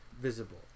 visible